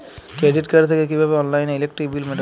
Credit card থেকে কিভাবে অনলাইনে ইলেকট্রিক বিল মেটাবো?